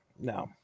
No